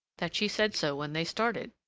that she said so when they started,